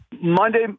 Monday